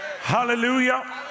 hallelujah